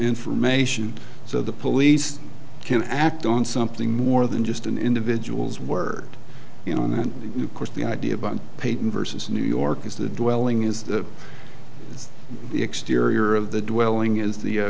information so the police can act on something more than just an individual's word you know and course the idea about peyton versus new york is the dwelling is the exterior of the dwelling is the